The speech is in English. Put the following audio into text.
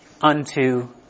unto